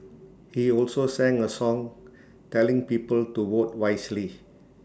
he also sang A song telling people to vote wisely